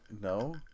No